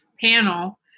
panel